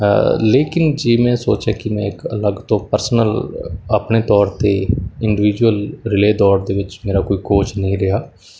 ਲੇਕਿਨ ਜੇ ਮੈਂ ਸੋਚਿਆ ਕਿ ਮੈਂ ਇੱਕ ਅਲੱਗ ਤੋਂ ਪਰਸਨਲ ਆਪਣੇ ਤੌਰ 'ਤੇ ਇੰਡਵਿਜੁਅਲ ਰਿਲੇਅ ਦੌੜ ਦੇ ਵਿੱਚ ਮੇਰਾ ਕੋਈ ਕੋਚ ਨਹੀਂ ਰਿਹਾ